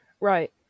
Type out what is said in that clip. right